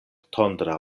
tondra